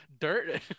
Dirt